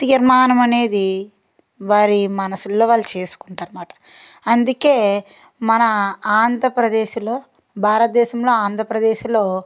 తీర్మానం అనేది వారి మనసులో వాళ్ళు చేసుకుంటారు అన్నమాట అందుకే మన ఆంధ్రప్రదేశ్లో భారత దేశంలో ఆంధ్రప్రదేశ్లో